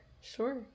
Sure